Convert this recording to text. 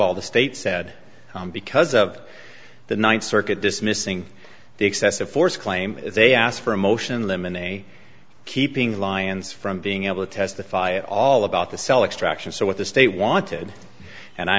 all the state said because of the ninth circuit dismissing the excessive force claim they asked for a motion in limine a keeping lions from being able to testify all about the cell extraction so what the state wanted and i